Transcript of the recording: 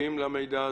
שחשופים למידע הזה?